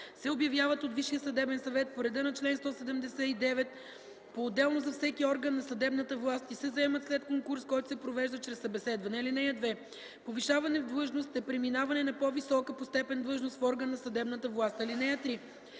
се обявяват от Висшия съдебен съвет по реда на чл. 179 поотделно за всеки орган на съдебната власт, и се заемат след конкурс, който се провежда чрез събеседване. (2) Повишаване в длъжност е преминаване на по-висока по степен длъжност в орган на съдебната власт. (3)